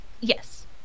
Yes